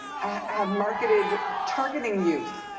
have marketed targeting youth,